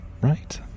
Right